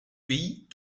pays